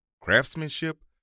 Craftsmanship